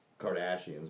Kardashians